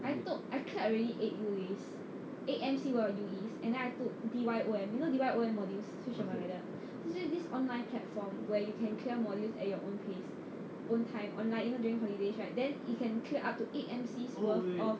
I took already I cleared already eight U_Es eight M_C one U_Es and then I took D_Y_O_M you know D_Y_O_M modules 是什么来的 is this online platform where you can clear modules at your own pace own time online you know during holidays right then you can clear up to eight M_Cs worth of